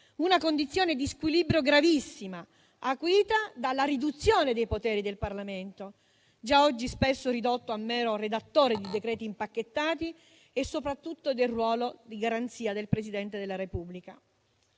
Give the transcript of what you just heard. una condizione di squilibrio gravissima, acuita dalla riduzione dei poteri del Parlamento, già oggi spesso ridotto a mero redattore di decreti impacchettati e soprattutto del ruolo di garanzia del Presidente della Repubblica.